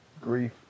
Grief